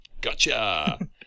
gotcha